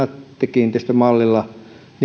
kiinteistöt mallilla